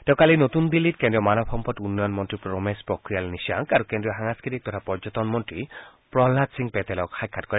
তেওঁ কালি নতূন দিল্লীত কেন্দ্ৰীয় মানৱ সম্পদ উন্নয়ন মন্ত্ৰী ৰমেশ পোখৰিয়াল নিশাংক আৰু কেন্দ্ৰীয় সাংস্কৃতিক তথা পৰ্যটন মন্ত্ৰী প্ৰহ্মাদ সিং পেটেলক সাক্ষাৎ কৰে